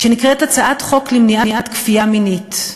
שנקראת הצעת חוק למניעת כפייה מינית.